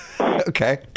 Okay